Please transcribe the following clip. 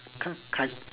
c~ c~